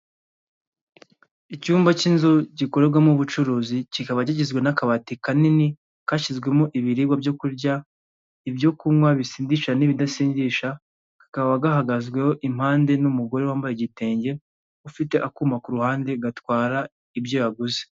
Icyumba k'inzu gikoreramo ubucuruzi kikaba kigizwe n'akabati kanini kashyizwemo ibiribwa byo kurya, ibyo kunywa bisindisha n'ibidasindisha, kakaba gahagazweho impande n'umugore wambaye igitenge, ufite akuma ku ruhande gatwara ibyo yaguze.